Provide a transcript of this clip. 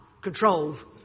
controls